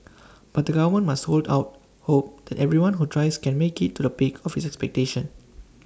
but the government must hold out hope that everyone who tries can make IT to the peak of his expectation